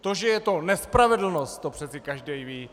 To, že je to nespravedlnost, to přeci každý ví.